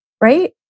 Right